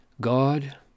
God